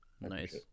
Nice